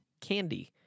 candy